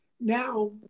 Now